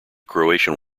croatian